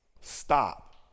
stop